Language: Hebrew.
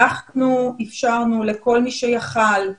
אנחנו אפשרנו לכל מי שיכול היה